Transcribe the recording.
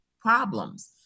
problems